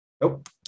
Nope